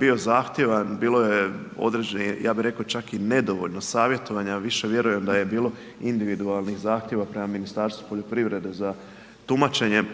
bio zahtjevan, bio je određenih, ja bih rekao čak i nedovoljno savjetovanja, više vjerujem da je bilo individualnih zahtjeva prema Ministarstvu poljoprivrede za tumačenje.